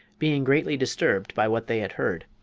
being greatly disturbed by what they had heard.